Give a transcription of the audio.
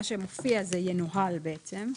מה שמופיע זה "ינוהל" בעצם.